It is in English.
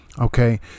Okay